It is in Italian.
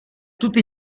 tutti